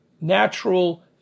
natural